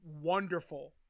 wonderful